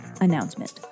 announcement